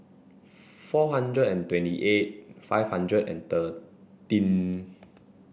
four hundred and twenty eight five hundred and thirteen